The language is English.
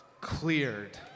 cleared